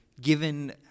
given